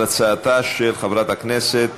על הצעתה של חברת הכנסת